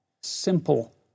simple